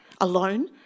alone